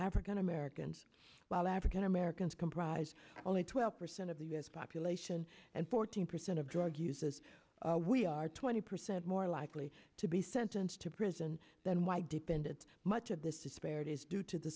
african americans while african americans comprise only twelve percent of the u s population and fourteen percent of drug users we are twenty percent more likely to be sentenced to prison than why dependants much of this disparity is due to the